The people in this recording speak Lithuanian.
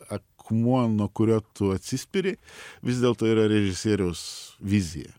akmuo nuo kurio tu atsispiri vis dėlto yra režisieriaus vizija